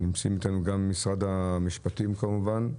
נמצאים איתנו גם ממשרד המשפטים כמובן.